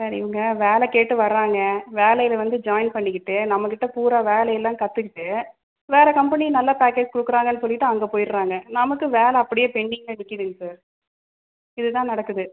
sir இவங்க வேலை கேட்டு வராங்க வேலையில் வந்து ஜாயின் பண்ணிக்கிட்டு நம்மகிட்ட பூரா வேலையெல்லாம் கற்றுக்கிட்டு வேறு கம்பெனி நல்ல பேக்கேஜ் கொடுக்குறாங்கன்னு சொல்லிவிட்டு அங்கே போயி விட்றாங்க நமக்கு வேலை அப்படியே பெண்டிங்கில் நிற்கிதுங்க சார் இது தான் நடக்குது